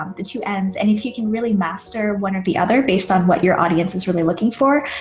um the two ends and if you can really master one of the other based on what your audience is really looking for,